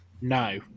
No